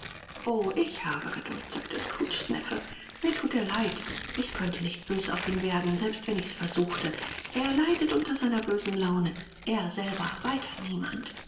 o ich habe geduld sagte scrooges neffe mir thut er leid ich könnte nicht bös auf ihn werden selbst wenn ich's versuchte wer leidet unter seiner bösen laune er selber weiter niemand